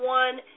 one